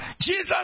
Jesus